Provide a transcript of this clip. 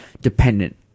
dependent